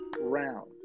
Round